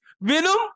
Venom